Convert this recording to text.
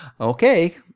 okay